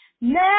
Now